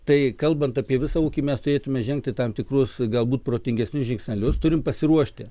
tai kalbant apie visą ūkį mes turėtume žengti tam tikrus galbūt protingesnius žingsnelius turim pasiruošti